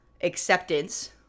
acceptance